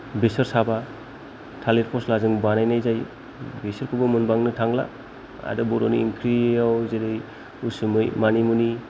बेसोर साबा थालिर फस्लाजों बानायनाय जायो बेसोरखौबो मोनबांनो थांला आरो बर'नि ओंख्रियाव जेरै उसुमै मानिमुनि